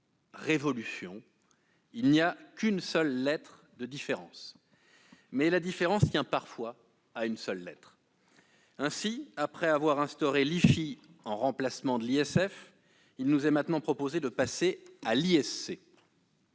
révolution », une seule lettre de différence ; mais la différence tient parfois à une seule lettre. Ainsi, après l'instauration de l'IFI en remplacement de l'ISF, il nous est maintenant proposé de passer à l'ISC.